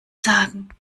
sagen